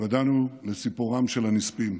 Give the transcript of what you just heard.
התוודענו לסיפורם של הנספים.